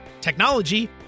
technology